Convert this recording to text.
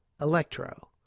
Electro